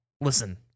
listen